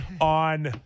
on